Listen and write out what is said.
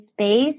space